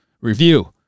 review